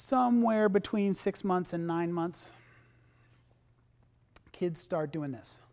somewhere between six months and nine months kids start doing this